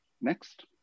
Next